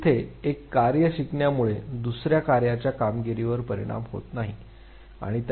तर तिथे एक कार्य शिकण्यामुळे दुसर्या कार्याच्या कामगिरीवर परिणाम होत नाही